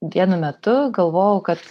vienu metu galvojau kad